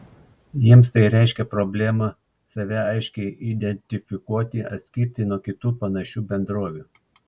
jiems tai reiškia problemą save aiškiai identifikuoti atskirti nuo kitų panašių bendrovių